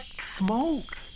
smoke